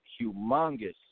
humongous